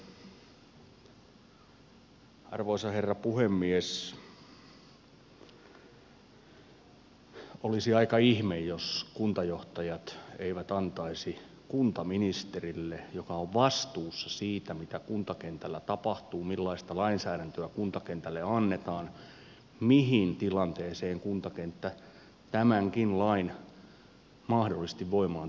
toisekseen arvoisa herra puhemies olisi aika ihme jos kuntajohtajat eivät antaisi palautetta kuntaministerille joka on vastuussa siitä mitä kuntakentällä tapahtuu millaista lainsäädäntöä kuntakentälle annetaan mihin tilanteeseen kuntakenttä tämänkin lain mahdollisesti voimaan tullessa joutuu